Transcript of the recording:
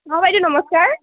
অঁ বাইদেউ নমস্কাৰ